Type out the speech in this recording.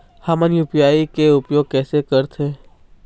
हमन यू.पी.आई के उपयोग कैसे करथें?